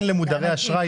הקודמות,